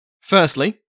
Firstly